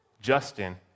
Justin